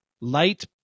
light